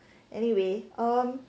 anyway um